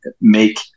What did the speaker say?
make